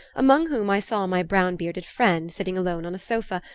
among whom i saw my brown-bearded friend sitting alone on a sofa,